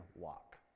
walk